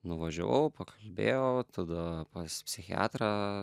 nuvažiavau pakalbėjau tada pas psichiatrą